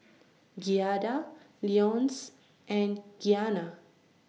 Giada Leonce and Gianna